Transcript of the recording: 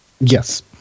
Yes